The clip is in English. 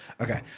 Okay